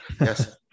yes